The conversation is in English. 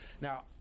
Now